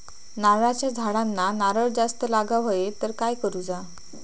नारळाच्या झाडांना नारळ जास्त लागा व्हाये तर काय करूचा?